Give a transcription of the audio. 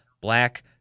Black